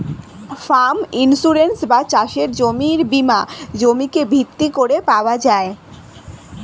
farm insurance বা চাষের জমির বীমা জমিকে ভিত্তি করে পাওয়া যায়